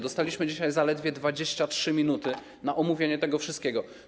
Dostaliśmy dzisiaj zaledwie 23 minuty na omówienie tego wszystkiego.